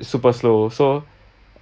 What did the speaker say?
super slow so